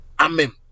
Amen